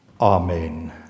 Amen